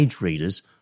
readers